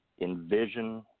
envision